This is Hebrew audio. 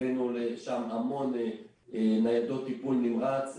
הבאנו לשם המון ניידות טיפול נמרץ,